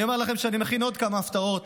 אני אומר לכם שאני מכין עוד כמה הפתעות